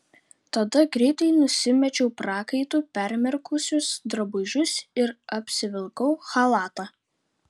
tada greitai nusimečiau prakaitu permirkusius drabužius ir apsivilkau chalatą